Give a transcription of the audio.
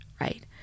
right